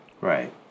Right